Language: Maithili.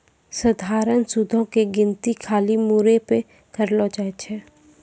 सधारण सूदो के गिनती खाली मूरे पे करलो जाय छै